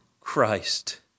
Christ